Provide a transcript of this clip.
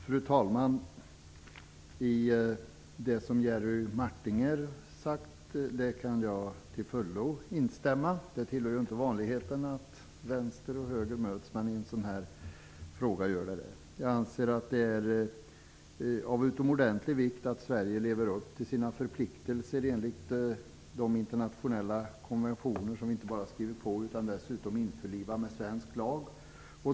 Fru talman! Jag kan till fullo instämma i det som Jerry Martinger har sagt. Det tillhör inte vanligheten att vänster och höger möts, men i en sådan här fråga gör vi det. Jag anser att det är av utomordentlig vikt att Sverige lever upp till sina förpliktelser enligt de internationella konventioner som vi inte bara har skrivit på utan dessutom har införlivat med svensk lag.